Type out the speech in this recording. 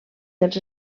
dels